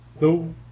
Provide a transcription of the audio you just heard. No